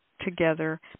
together